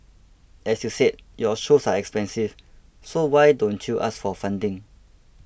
as you said your shows are expensive so why don't you ask for funding